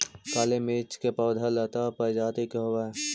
काली मिर्च के पौधा लता प्रजाति के होवऽ हइ